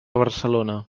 barcelona